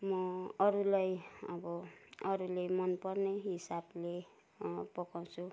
म अरूलाई अब अरूले मन पर्ने हिसाबले पकाउँछु